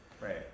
Right